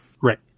Right